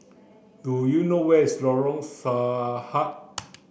do you know where is Lorong Sahad